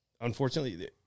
unfortunately